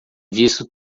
visto